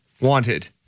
wanted